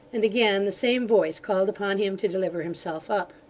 and again the same voice called upon him to deliver himself up.